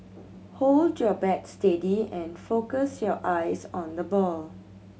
hold your bat steady and focus your eyes on the ball